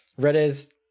Redis